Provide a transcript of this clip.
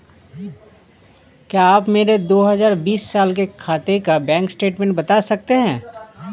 क्या आप मेरे दो हजार बीस साल के खाते का बैंक स्टेटमेंट बता सकते हैं?